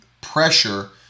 pressure